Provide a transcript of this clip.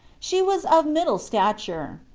she was of middle stature.